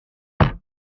all